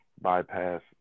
bypass